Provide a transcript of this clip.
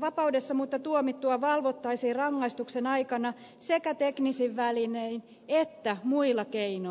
vapaudessa mutta tuomittua valvottaisiin rangaistuksen aikana sekä teknisin välinein että muilla keinoin